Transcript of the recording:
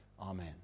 Amen